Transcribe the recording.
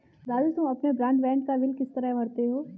राजू तुम अपने ब्रॉडबैंड का बिल किस तरह भरते हो